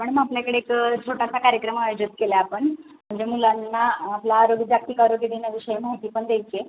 madam आपल्याकडे एक छोटासा कार्यक्रम आयोजित केला आपण म्हणजे मुलांना आपला आरोग्य जागतिक आरोग्य दिनाविषयी माहिती पण द्यायची आहे